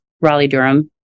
Raleigh-Durham